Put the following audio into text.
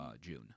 June